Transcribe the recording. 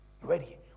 Ready